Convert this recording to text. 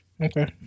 Okay